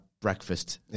breakfast